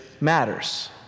matters